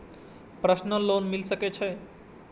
Personal loan मिल सके छे?